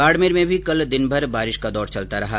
बाडमेर में भी कल दिन भर बारिश का दौर चलता रहा